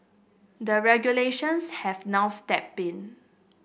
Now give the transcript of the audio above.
the regulations have now stepped in